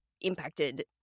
impacted